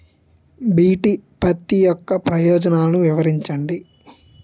BT పత్తి యొక్క ప్రయోజనాలను వివరించండి?